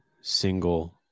single